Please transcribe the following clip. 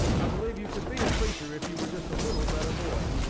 i believe you could be a preacher if you were just a little better boy.